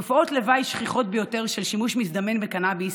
תופעות לוואי שכיחות ביותר של שימוש מזדמן בקנביס,